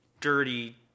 dirty